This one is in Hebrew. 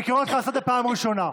אני קורא אותך לסדר פעם ראשונה.